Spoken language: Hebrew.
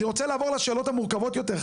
אני רוצה לעבור לשאלות המורכבות יותר.